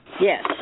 Yes